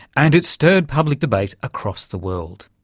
and it stirred public debate across the world.